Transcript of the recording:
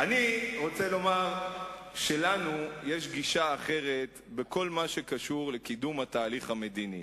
אני רוצה לומר שלנו יש גישה אחרת בכל מה שקשור לקידום התהליך המדיני.